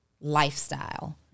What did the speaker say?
lifestyle